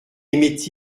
émet